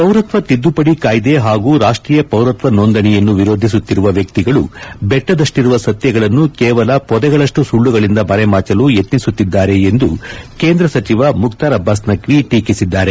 ಪೌರತ್ವ ತಿದ್ದುಪಡಿ ಕಾಯ್ದಿ ಹಾಗೂ ರಾಷ್ಟೀಯ ಪೌರತ್ವ ನೋಂದಣಿಯನ್ನು ವಿರೋಧಿಸುತ್ತಿರುವ ವ್ಯಕ್ತಿಗಳು ಬೆಟ್ಟದಷ್ಟಿರುವ ಸತ್ಯಗಳನ್ನು ಕೇವಲ ಪೊದೆಗಳಷ್ನು ಸುಳ್ಳುಗಳಿಂದ ಮರೆಮಾಚಲು ಯತ್ನಿಸುತ್ತಿದ್ದಾರೆ ಎಂದು ಕೇಂದ್ರ ಸಚಿವ ಮುಖ್ತಾರ್ ಅಬ್ಬಾಸ್ ನಖ್ವಿ ಟೀಕಿಸಿದ್ದಾರೆ